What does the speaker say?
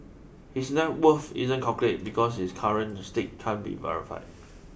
his net worth isn't calculated because his current stake can't be verified